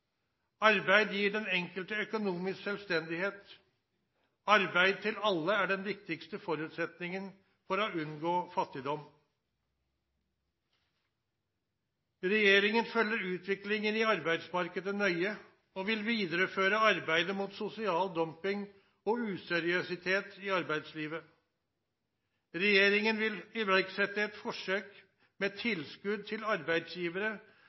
Arbeid gir den enkelte økonomisk selvstendighet. Arbeid til alle er den viktigste forutsetningen for å unngå fattigdom. Regjeringen følger utviklingen i arbeidsmarkedet nøye, og vil videreføre arbeidet mot sosial dumping og useriøsitet i arbeidslivet. Regjeringen vil iverksette et forsøk med tilskudd til arbeidsgivere